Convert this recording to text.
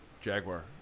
Jaguar